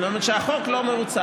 זאת אומרת שהחוק לא מבוצע.